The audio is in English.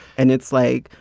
and it's like,